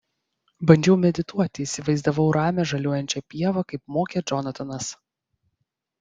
bandžiau medituoti įsivaizdavau ramią žaliuojančią pievą kaip mokė džonatanas